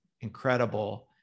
incredible